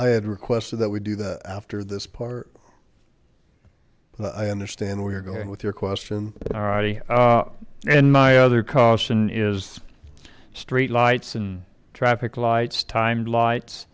i had requested that we do that after this part i understand where you're going with your question but already and my other caution is the street lights in traffic lights timed lights